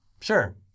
Sure